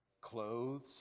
clothes